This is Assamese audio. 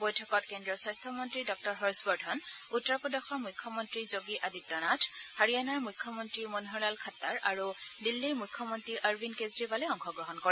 বৈঠকত কেন্দ্ৰীয় স্বাস্থ্য মন্নী ডাঃ হৰ্ষ বৰ্ধন উত্তৰ প্ৰদেশৰ মুখ্য মন্ত্ৰী যোগী আদিত্য নাথ হাৰিয়ানাৰ মুখ্যমন্ত্ৰী মনোহৰ লাল খাটাৰ আৰু দিল্লীৰ মুখ্যমন্ত্ৰী অৰবিন্দ কেজৰিৱালে অংশগ্ৰহণ কৰে